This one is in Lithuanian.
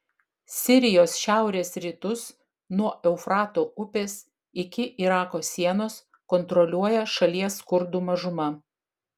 sirijos šiaurės rytus nuo eufrato upės iki irako sienos kontroliuoja šalies kurdų mažuma